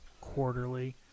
quarterly